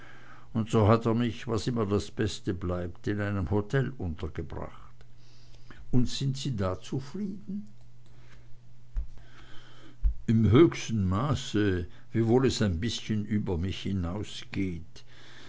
und so hat er mich was immer das beste bleibt in einem hotel untergebracht und sie sind da zufrieden im höchsten maße wiewohl es ein bißchen über mich